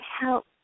help